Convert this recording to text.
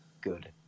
good